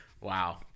Wow